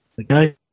Okay